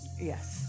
Yes